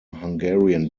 hungarian